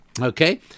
Okay